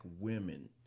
women